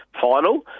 final